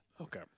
Okay